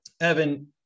Evan